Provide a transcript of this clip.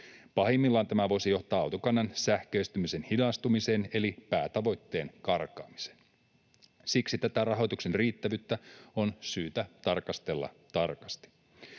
Pahimmillaan tämä voisi johtaa autokannan sähköistymisen hidastumiseen eli päätavoitteen karkaamiseen. Siksi tätä rahoituksen riittävyyttä on syytä tarkastella tarkasti.